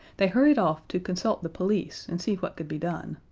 they hurried off to consult the police and see what could be done.